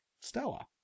Stella